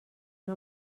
una